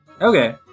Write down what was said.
Okay